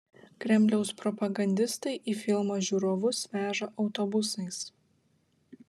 kremliaus propagandistai į filmą žiūrovus veža autobusais